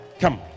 Come